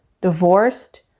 divorced